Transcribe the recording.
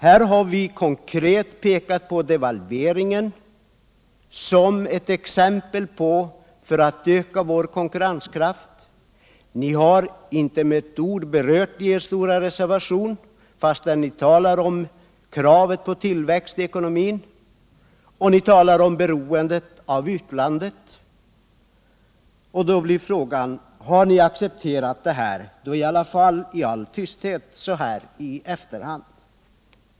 Här har vi konkret pekat på devalveringen som en åtgärd för att öka landets konkurrenskraft. Det har ni inte med ett ord berört i er mycket stora reservation, fast ni talar om kravet på tillväxt i ekonomin och om beroendet av utlandet. Därför blir frågan återigen: Har ni i alla fall i all tysthet accepterat devalveringen i efterhand?